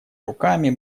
руками